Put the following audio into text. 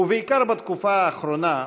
ובעיקר בתקופה האחרונה,